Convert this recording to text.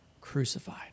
crucified